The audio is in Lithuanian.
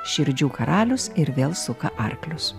širdžių karalius ir vėl suka arklius